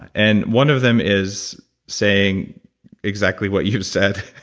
and one of them is saying exactly what you said,